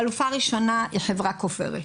חלופה ראשונה היא חברה קוברת: